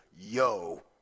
yo